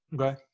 Okay